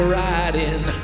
riding